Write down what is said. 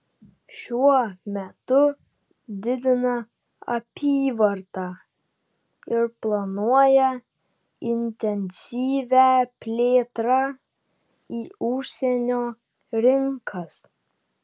šiuo metu didina apyvartą ir planuoja intensyvią plėtrą į užsienio rinkas